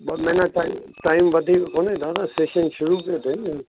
ॿ महिना time time वधीक कोन्हे न सेशन शुरु थो थिए न